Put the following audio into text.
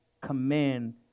command